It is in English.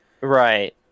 Right